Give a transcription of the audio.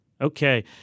Okay